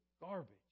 garbage